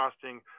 costing